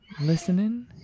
listening